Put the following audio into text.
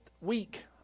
week